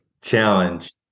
challenge